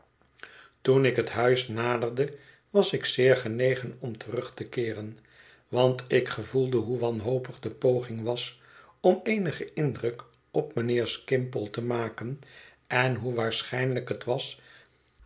toen ik het huis naderde was ik zeer genegen om terug te keeren want ik gevoelde hoe wanhopig de poging was om eenigen indruk op mijnheer skimple te maken en hoe waarschijnlijk het was